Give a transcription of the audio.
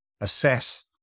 assess